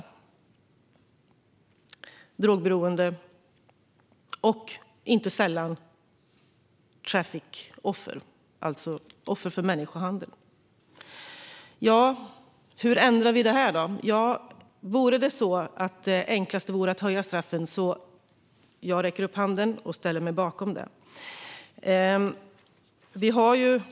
De är drogberoende och inte sällan traffickingoffer, alltså offer för människohandel. Ja, hur ändrar vi detta, då? Om det enklaste vore att höja straffen skulle jag räcka upp handen och ställa mig bakom det.